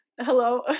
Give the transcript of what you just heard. hello